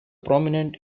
prominent